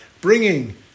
bringing